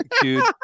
dude